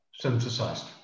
Synthesized